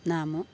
नाम